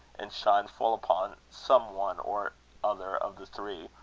and shine full upon some one or other of the three,